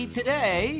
today